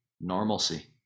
normalcy